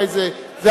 הרי זה אבסורד.